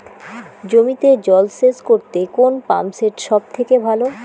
জমিতে জল সেচ করতে কোন পাম্প সেট সব থেকে ভালো?